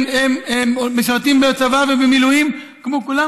הם משרתים בצבא ובמילואים כמו כולם,